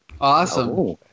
Awesome